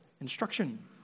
instruction